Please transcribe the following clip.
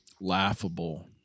laughable